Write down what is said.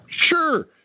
Sure